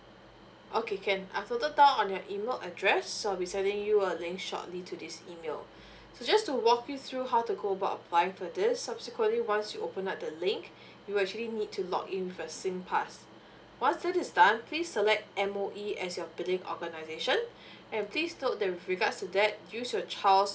okay can I've noted down on your email address so I'll be sending you a link shortly to this email so just to walk you through how to go about applying for this subsequently once you open up the link you actually need to log in with singpass once that is done please select M_O_E as your billing organisation and please note that with regards to that use your child's